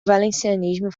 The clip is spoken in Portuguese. valencianismo